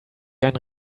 einen